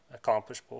accomplishable